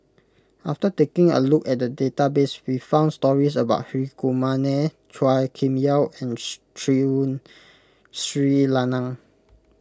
after taking a look at the database we found stories about Hri Kumar Nair Chua Kim Yeow and Tun Sri Lanang